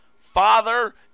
father